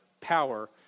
power